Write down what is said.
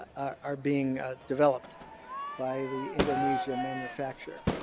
are being ah developed by the indonesia manufacturer.